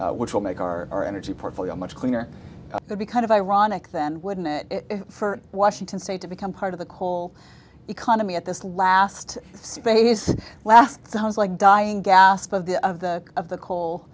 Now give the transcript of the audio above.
coal which will make our our energy portfolio much cleaner would be kind of ironic then wouldn't it for washington state to become part of the coal economy at this last space last sounds like dying gasp of the of the of the coal